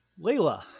Layla